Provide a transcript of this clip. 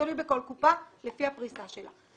תלוי בכל קופה לפי הפריסה שלה.